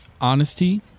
honesty